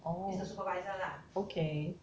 oh okay